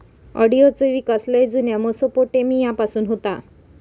ऑडिटचो विकास लय जुन्या मेसोपोटेमिया पासून होता